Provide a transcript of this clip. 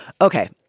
Okay